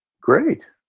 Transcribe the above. Great